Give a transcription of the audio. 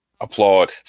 Applaud